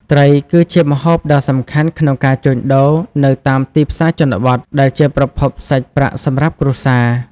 ត្រីគឺជា ម្ហូប ដ៏សំខាន់ក្នុងការជួញដូរនៅតាមទីផ្សារជនបទ ដែលជាប្រភពសាច់ប្រាក់សម្រាប់គ្រួសារ។